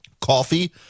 Coffee